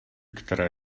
které